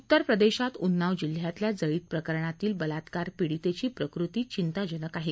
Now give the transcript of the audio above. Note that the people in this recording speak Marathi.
उत्तरप्रदेशात उन्नाव जिल्ह्यातल्या जळीत प्रकरणातील बलात्कार पीडितेची प्रकृती चिंताजनक आहे